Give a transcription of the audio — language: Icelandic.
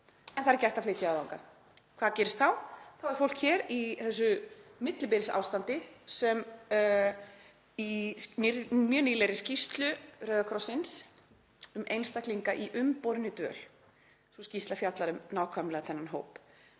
en það er ekki hægt að flytja það þangað. Hvað gerist þá? Þá er fólk hér í þessu millibilsástandi sem kemur fram í mjög nýlegri skýrslu Rauða krossins um einstaklinga í umborinni dvöl. Sú skýrsla fjallar um nákvæmlega þennan hóp.